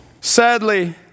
Sadly